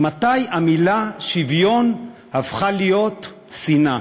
ממתי המילה שוויון הפכה להיות שנאה.